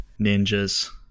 ninjas